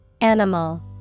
Animal